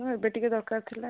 ma'am ଏବେ ଟିକେ ଦରକାର ଥିଲା